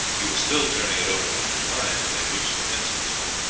he was still turning it over in his mind when they reached the fencing-school.